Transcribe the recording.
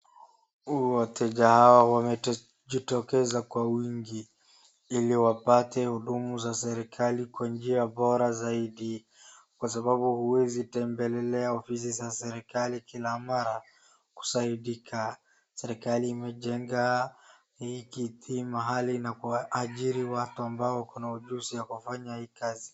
Wateja hawa wamejitokeza kwa wingi ili wapate hudumu za serikali kwa njia bora zaidi kwasababu huwezi tembelelea ofisi za serikali kila mara kusaidika. Serikali imejenga hii mahali na kuajiri watu ambao wakona ujuzi ya kufanya hii kazi.